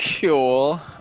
cool